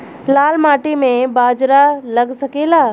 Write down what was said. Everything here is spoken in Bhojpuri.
लाल माटी मे बाजरा लग सकेला?